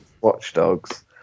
Watchdogs